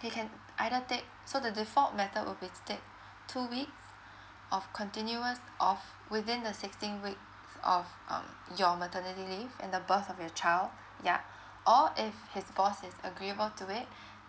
he can either take so the default method will be to take two weeks of continuous of within the sixteen weeks of um your maternity leave in the birth of your child yeah or if his boss is agreeable to it